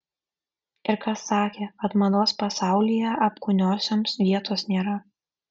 ir kas sakė kad mados pasaulyje apkūniosioms vietos nėra